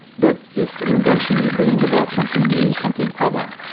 but if invention is bringing about something new, something other,